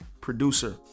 producer